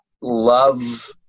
love